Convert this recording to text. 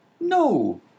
No